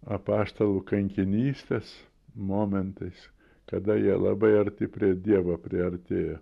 apaštalų kankinystės momentais kada jie labai arti prie dievo priartėjo